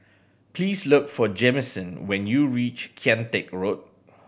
please look for Jamison when you reach Kian Teck Road